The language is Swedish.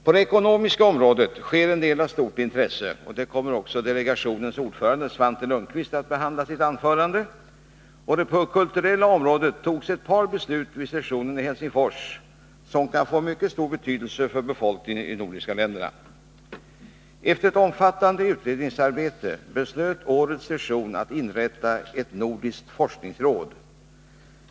På det ekonomiska området sker en del av stort intresse — delegationens ordförande Svante Lundkvist kommer att behandla det i sitt anförande — och på det kulturella området togs ett par beslut vid sessionen i Helsingfors som kan få mycket stor betydelse för befolkningen i de nordiska länderna. Efter ett omfattande utredningsarbete beslöt årets session att inrätta ett nordiskt forskningsråd.